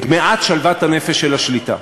את מעט שלוות הנפש של השליטה.